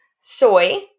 soy